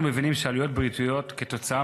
אנחנו מבינים שעלויות בריאותיות כתוצאה